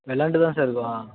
விளையாண்டு தான் சார் இருக்கோம்